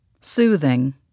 Soothing